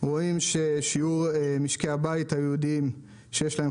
רואים ששיעור משקי הבית היהודיים שיש להם